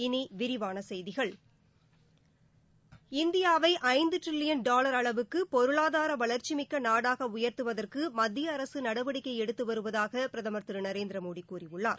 இனி விரிவான செய்திகள் இந்தியாவை ஐந்து ட்டிரில்லியன் டாலர் அளவுக்கு பொருளாதார வளர்ச்சிமிக்க நாடாக உயர்த்துவதற்கு மத்திய அரசு நடவடிக்கை எடுத்து வருவதாக பிரதமர் திரு நரேந்திரமோடி கூறியுள்ளார்